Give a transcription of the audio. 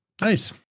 nice